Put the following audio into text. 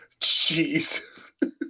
Jeez